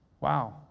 Wow